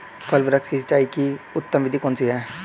फल वृक्ष की सिंचाई की उत्तम विधि कौन सी है?